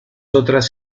otras